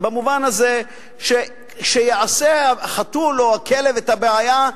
במובן הזה שיעשה החתול או הכלב בעיה,